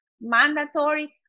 mandatory